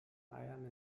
eiern